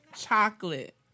Chocolate